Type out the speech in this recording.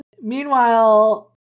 meanwhile